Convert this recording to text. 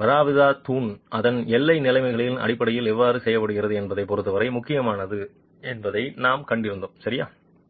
வாராவதித் தூண் அதன் எல்லை நிலைமைகளின் அடிப்படையில் எவ்வாறு செயல்படுகிறது என்பதைப் பொறுத்தவரை முக்கியமானது என்பதை நாம் கண்டிருக்கிறோம் சரியா